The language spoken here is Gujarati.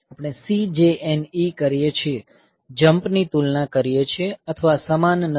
આપણે CJNE કરીએ છીએ જમ્પ ની તુલના કરીએ છીએ અથવા સમાન નથી